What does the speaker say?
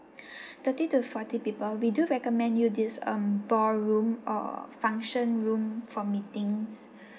thirty to forty people we do recommend you this um ballroom or function room for meetings